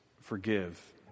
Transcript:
forgive